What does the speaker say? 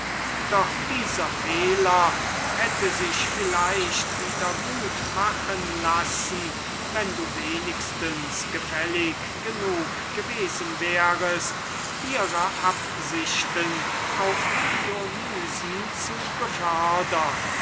doch dieser fehler hätte sich vielleicht wieder gut machen lassen wenn du nur gefällig genug gewesen wärest ihre absichten auf dionysen zu befördern